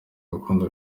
gukunda